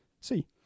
see